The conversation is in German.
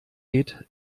geht